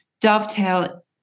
dovetail